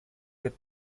with